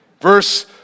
Verse